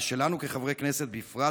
ושלנו כחברי כנסת בפרט,